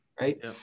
right